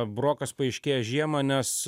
brokas paaiškėja žiemą nes